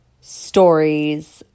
stories